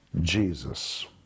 Jesus